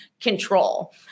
control